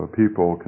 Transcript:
people